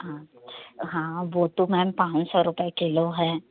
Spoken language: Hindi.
हाँ हाँ वो तो मैम पाँच सौ रुपए किलो है